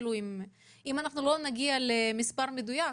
גם אם לא נגיע למספר מדויק,